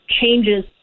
changes